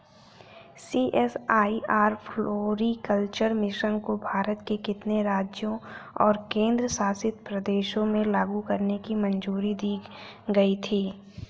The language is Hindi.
सी.एस.आई.आर फ्लोरीकल्चर मिशन को भारत के कितने राज्यों और केंद्र शासित प्रदेशों में लागू करने की मंजूरी दी गई थी?